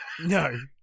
no